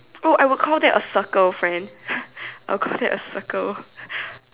oh I would call that a circle friend I would call that a circle